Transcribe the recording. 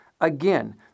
Again